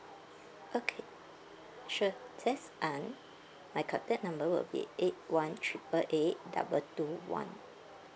okay sure just ang my contact number would be eight one triple eight double two one